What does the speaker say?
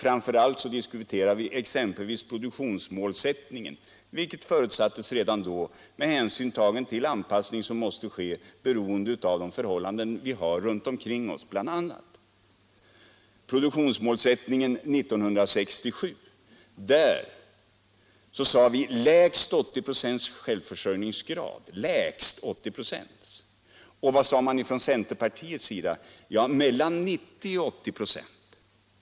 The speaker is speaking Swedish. Redan då diskuterade vi exempelvis en anpassning av produktionsmålsättningen till de förhållanden vi har runt omkring OSS. För produktionsmålsättningen 1967 angav vi självförsörjningsgraden till lägst 80 26. Och vad sade man från centerpartiets sida? Mellan 90 och 80 96!